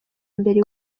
mbere